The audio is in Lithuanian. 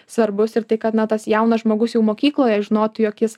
svarbus ir tai kad na tas jaunas žmogus jau mokykloje žinotų jog jis